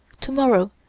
Tomorrow